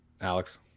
alex